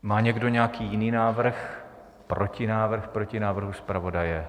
Má někdo nějaký jiný návrh, protinávrh proti návrhu zpravodaje?